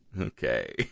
Okay